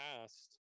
past